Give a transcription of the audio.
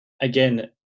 again